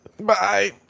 Bye